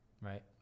Right